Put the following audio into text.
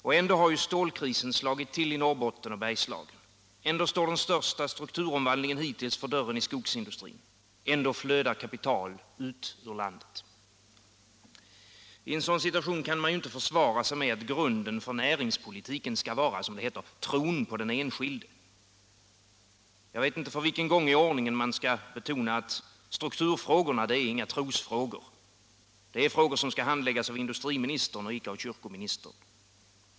Och ändå har ju stålkrisen slagit till i Norrbotten och Bergslagen, ändå står den största strukturomvandlingen hittills för dörren i skogsindustrin, ändå flödar kapital ut ur landet. I en sådan situation kan man inte försvara sig med att grunden för näringspolitiken skall vara, som det heter, tron på den enskilde. Jag vet inte för vilken gång i ordningen man skall betona att strukturfrågorna inte är några trosfrågor, utan det är frågor som handläggs av industriministern och icke av kyrkoministern.